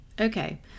Okay